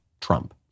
Trump